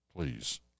Please